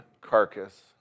carcass